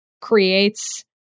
creates